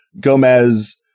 Gomez